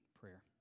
prayer